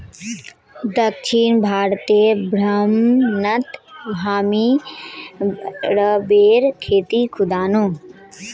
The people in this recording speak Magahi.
दक्षिण भारतेर भ्रमणत हामी रबरेर खेती दखनु